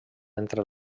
entre